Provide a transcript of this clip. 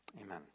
amen